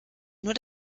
nur